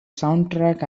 soundtrack